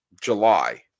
July